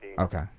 Okay